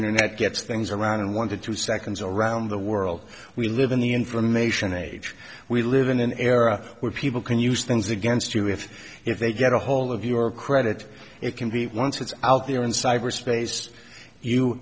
internet gets things around one to two seconds around the world we live in the information age we live in an era where people can use things against you with if they get a hold of your credit it can be once it's out there in cyberspace you